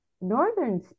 northern